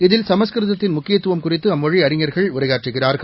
இதி ல் சமஸ்கிருதத்தின்முக்கியத்துவம்குறித்துஅம்மொழிஅறிஞர்க ள்உரையாற்றுகிறார்கள்